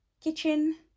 kitchen